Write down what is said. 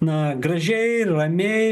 na gražiai ramiai